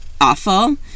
awful